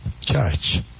church